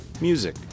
music